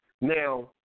Now